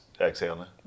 exhaling